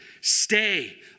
stay